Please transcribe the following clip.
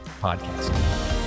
podcast